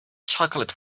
chocolate